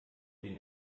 den